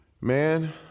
man